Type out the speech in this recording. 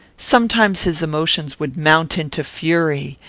sometimes his emotions would mount into fury,